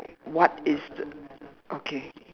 what is the okay